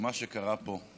שמה שקרה פה,